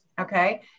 okay